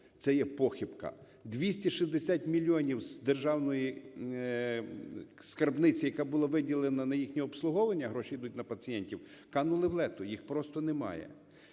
це є похибка. 260 мільйонів з державної скарбниці, яка була виділена на їхнє обслуговування, гроші йдуть на пацієнтів, канули в Лету, їх просто немає.